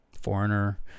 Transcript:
Foreigner